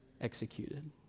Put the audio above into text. executed